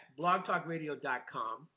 blogtalkradio.com